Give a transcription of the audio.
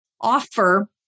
offer